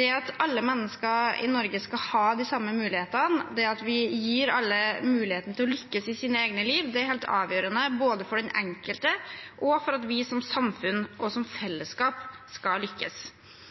det at alle mennesker i Norge skal ha de samme mulighetene, det at vi gir alle muligheten til å lykkes i sitt eget liv, er helt avgjørende både for den enkelte og for at vi som samfunn og fellesskap skal lykkes. Integreringsstrategien som